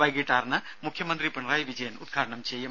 വൈകീട്ട് ആറിന് മുഖ്യമന്ത്രി പിണറായി വിജയൻ ഉദ്ഘാടനം ചെയ്യും